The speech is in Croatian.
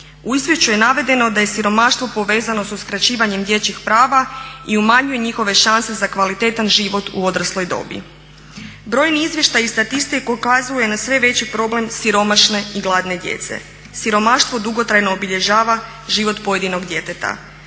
U izvješću je navedeno da je siromaštvo povezano sa uskraćivanjem dječjih prava i umanjuje njihove šanse za kvalitetan život u odrasloj dobi. Brojni izvještaji i statistike ukazuju na sve veći broj siromašne i gladne djece. Siromaštvo dugotrajno obilježava život pojedinog djeteta.